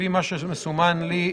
לפי מה שמסומן לי,